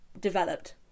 developed